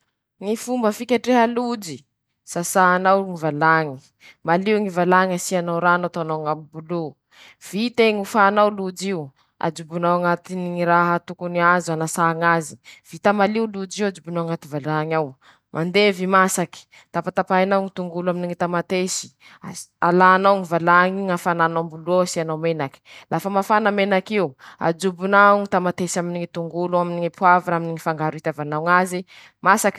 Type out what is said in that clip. Manahaky anizao ñy fomba fiketreha ñy lasopy tsotra :-Laha teña ro hiketriky ñy illico, ñy appôlô, ñy sedapy ;ampandevezy ñy rano, mandevy rano o ajobo ao raha reñe, añatiny ñy telo minity avao ijanoñany ao, azotso laha bakeo ;laha teña ro hanao lasopy zaré, sasà malio ñy valañy, ajobo ao zare iñe, asia sira asia rano, ampandevezy aminy ñy hamasaha itiavan-teña azy, azotso laha bakeo.